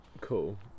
Cool